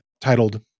titled